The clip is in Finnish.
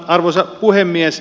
arvoisa puhemies